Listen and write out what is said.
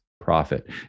profit